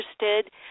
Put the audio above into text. interested